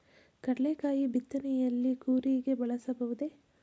ಕಡ್ಲೆಕಾಯಿ ಬಿತ್ತನೆಯಲ್ಲಿ ಕೂರಿಗೆ ಬಳಸಬಹುದೇ?